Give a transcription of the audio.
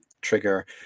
trigger